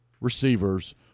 receivers